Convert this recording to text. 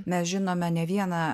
mes žinome ne vieną